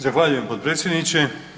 Zahvaljujem, potpredsjedniče.